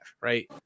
right